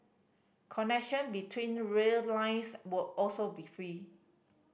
connection between rail lines will also be free